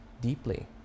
deeply